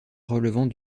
relevant